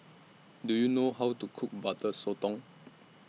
Do YOU know How to Cook Butter Sotong